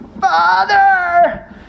Father